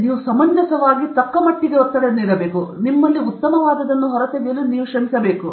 ನೀವು ಸಮಂಜಸವಾಗಿ ಒತ್ತು ನೀಡಬೇಕು ನಿಮ್ಮಲ್ಲಿ ಉತ್ತಮವಾದದ್ದನ್ನು ಹೊರತೆಗೆಯಲು ನೀವು ಶ್ರಮಿಸಬೇಕು